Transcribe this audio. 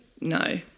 No